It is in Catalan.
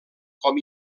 com